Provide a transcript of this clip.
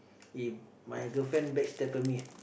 if my girlfriend backstabber me